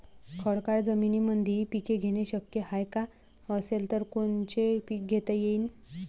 खडकाळ जमीनीमंदी पिके घेणे शक्य हाये का? असेल तर कोनचे पीक घेता येईन?